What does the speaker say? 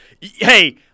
Hey